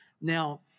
Now